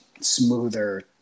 smoother